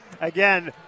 Again